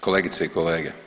Kolegice i kolege.